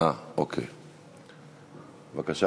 תודה רבה.